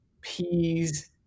peas